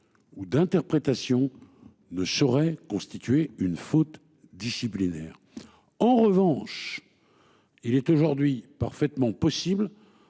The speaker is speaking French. Ou d'interprétation ne saurait constituer une faute disciplinaire. En revanche. Il est aujourd'hui parfaitement possible.